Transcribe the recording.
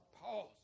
Pause